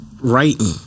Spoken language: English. writing